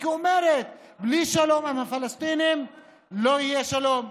כי היא אומרת: בלי שלום עם הפלסטינים לא יהיה שלום,